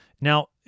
now